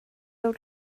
old